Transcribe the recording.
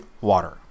water